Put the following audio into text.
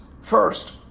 First